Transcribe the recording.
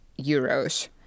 euros